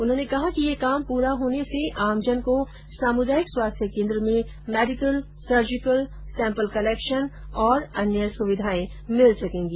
उन्होंने कहा कि ये काम पूरा होने से आमजन को सामुदायिक स्वास्थ्य केन्द्र में मेडिकल सर्जिकल सैम्पल कलेक्शन और अन्य सुविधाए मिल सकेगी